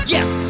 Yes